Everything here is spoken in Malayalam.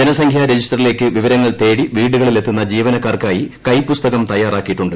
ജനസംഖ്യാ രജിസ്റ്ററിലേക്ക് വിവരങ്ങൾ തേടി വീടുകളിൽ എത്തുന്ന ജീവനക്കാർക്കായി കൈപുസ്തകം തയ്യാറാക്കിയിട്ടുണ്ട്